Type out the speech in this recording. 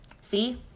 See